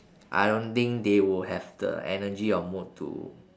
I don't think they would have the energy or mood to